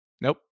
Nope